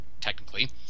technically